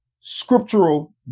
scriptural